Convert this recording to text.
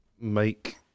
make